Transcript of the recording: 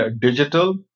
digital